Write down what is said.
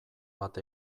bat